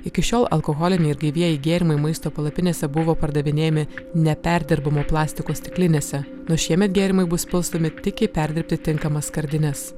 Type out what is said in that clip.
iki šiol alkoholiniai ir gaivieji gėrimai maisto palapinėse buvo pardavinėjami neperdirbamo plastiko stiklinėse nuo šiemet gėrimai bus pilstomi tik į perdirbti tinkamas skardines